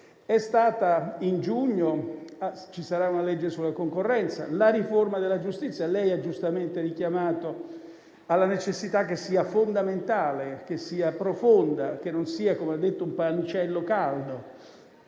Vi sarà presto una legge sulla concorrenza. Sulla riforma della giustizia, lei ha giustamente richiamato la necessità che sia fondamentale, che sia profonda e che non sia, come ha detto, un pannicello caldo: